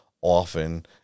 often